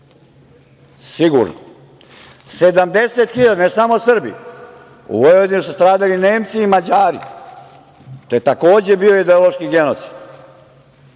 sigurno. Ne samo Srbi, u Vojvodini su stradali i Nemci i Mađari. To je takođe bio ideološki genocid. Svi